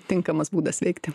tinkamas būdas veikti